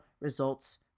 results